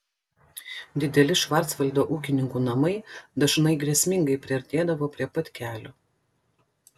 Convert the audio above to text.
dideli švarcvaldo ūkininkų namai dažnai grėsmingai priartėdavo prie pat kelio